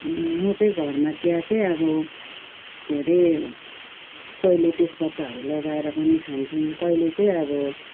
म चाहिँ घरमा चिया चाहिँ अब के अरे कहिले तेजपत्ताहरू लगाएर पनि खान्छौँ कहिले चाहिँ अब